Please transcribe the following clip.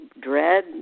dread